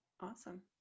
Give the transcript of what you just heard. Awesome